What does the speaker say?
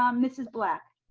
um mrs. black.